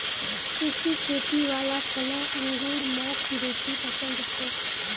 सुखी खेती वाला फलों अंगूर मौक बेसी पसन्द छे